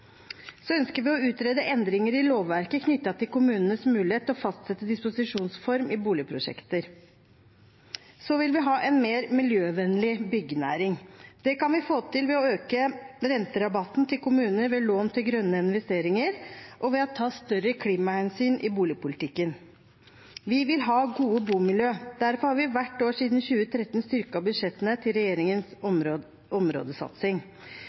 Vi ønsker å utrede endringer i lovverket knyttet til kommunenes mulighet til å fastsette disposisjonsform i boligprosjekter. Videre vil vi ha en mer miljøvennlig byggenæring. Det kan vi få til ved å øke renterabatten til kommunene med lån til grønne investeringer, og ved å ta større klimahensyn i boligpolitikken. Vi vil ha gode bomiljø. Derfor har vi hvert år siden 2013 styrket budsjettene til regjeringens områdesatsing.